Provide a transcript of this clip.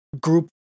group